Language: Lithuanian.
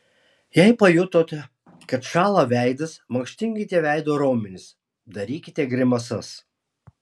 jei pajutote kad šąla veidas mankštinkite veido raumenis darykite grimasas